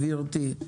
גברתי.